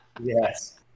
Yes